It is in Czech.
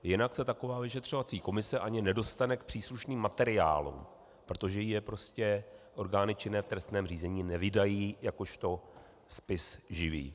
Jinak se taková vyšetřovací komise ani nedostane k příslušným materiálům, protože jí je prostě orgány činné v trestním řízení nevydají jakožto spis živý.